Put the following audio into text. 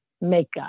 makeup